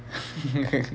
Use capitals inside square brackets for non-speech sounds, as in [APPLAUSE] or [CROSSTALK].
[NOISE]